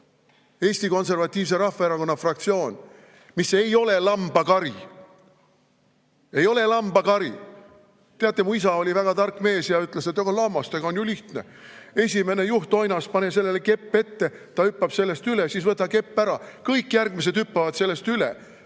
Eesti Konservatiivse Rahvaerakonna fraktsioon, mis ei ole lambakari. Ei ole lambakari! Teate, mu isa oli väga tark mees ja ütles, et aga lammastega on ju lihtne. Esimene juhtoinas, pane sellele kepp ette, ta hüppab sellest üle, siis võta kepp ära, kõik järgmised hüppavad sellest üle,